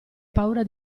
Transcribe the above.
paura